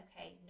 okay